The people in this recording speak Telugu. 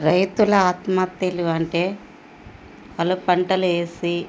రైతుల ఆత్మహత్యలు అంటే వాళ్ళు పంటలు వేసి